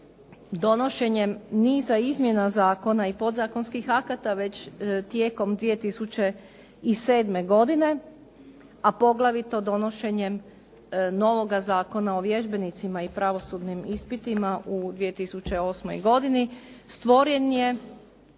donošenjem niza izmjena zakona i podzakonskih akata već tijekom 2007. godine a poglavito donošenjem novoga Zakona o vježbenicima i pravosudnim ispitima u 2008. godini stvoren je